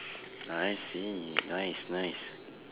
I see nice nice